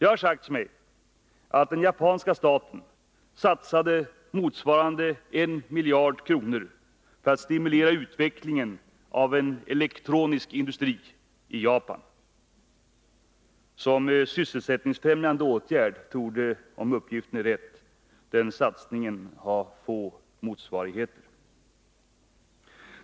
Det har sagts mig att den japanska staten satsade motsvarande 1 miljard kronor för att stimulera utvecklingen av en elektronisk industri i Japan. Som sysselsättningsfrämjande åtgärd torde — om uppgiften är riktig — den satsningen ha få motsvarigheter.